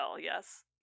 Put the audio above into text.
yes